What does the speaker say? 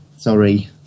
Sorry